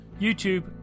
YouTube